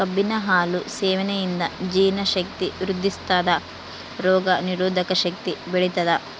ಕಬ್ಬಿನ ಹಾಲು ಸೇವನೆಯಿಂದ ಜೀರ್ಣ ಶಕ್ತಿ ವೃದ್ಧಿಸ್ಥಾದ ರೋಗ ನಿರೋಧಕ ಶಕ್ತಿ ಬೆಳಿತದ